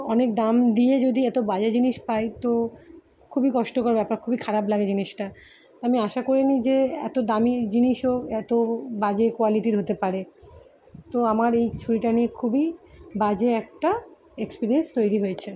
অনেক দাম দিয়ে যদি এত বাজে জিনিস পাই তো খুবই কষ্টকর ব্যাপার খুবই খারাপ লাগে জিনিসটা আমি আশা করিনি যে এত দামি জিনিসও এত বাজে কোয়ালিটির হতে পারে তো আমার এই ছুরিটা নিয়ে খুবই বাজে একটা এক্সপিরিয়েন্স তৈরি হয়েছে